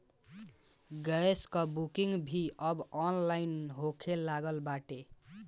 gas कअ booking भी online अब होखे लागल बाटे